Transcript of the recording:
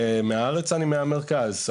בארץ אני מהמרכז,